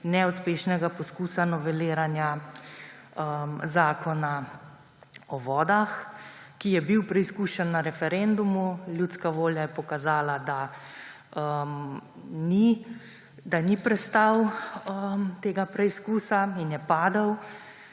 neuspešnega poskusa noveliranja Zakona o vodah, ki je bil preizkušan na referendumu. Ljudska volja je pokazala, da ni prestal tega preizkusa in je padel.